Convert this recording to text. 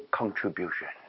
contribution